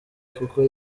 kuko